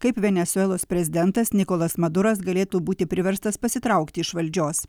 kaip venesuelos prezidentas nikolas maduras galėtų būti priverstas pasitraukti iš valdžios